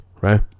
right